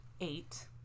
eight